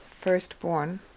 Firstborn